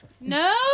No